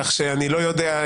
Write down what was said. כך שאני לא יודע,